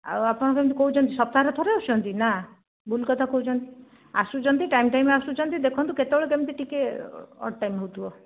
ଆଉ ଆପଣ କେମିତି କହୁଛନ୍ତି ସପ୍ତାହରେ ଥରେ ଆସୁଛନ୍ତି ନା ଭୁଲ କଥା କହୁଛନ୍ତି ଆସୁଛନ୍ତି ଟାଇମ୍ ଟାଇମ୍ ଆସୁଛନ୍ତି ଦେଖନ୍ତୁ କେତେ ବେଳେ କେମିତି ଟିକେ ଅଡ଼ ଟାଇମ୍ ହେଉଥିବ